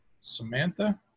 Samantha